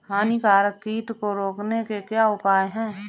हानिकारक कीट को रोकने के क्या उपाय हैं?